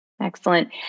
Excellent